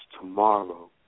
tomorrow